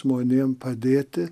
žmonėm padėti